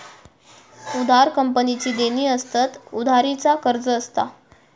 उधार कंपनीची देणी असतत, उधारी चा कर्ज असता